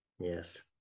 Yes